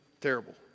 terrible